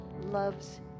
loves